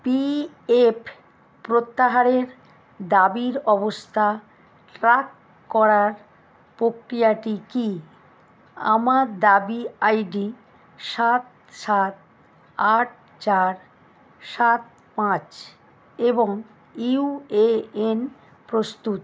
P F প্রত্যাহারের দাবির অবস্থা ট্রাক করার প্রক্রিয়াটি কী আমার দাবি আই ডি সাত সাত আট চার সাত পাঁচ এবং ইউ এ এন প্রস্তুত